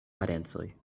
parencoj